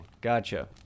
Gotcha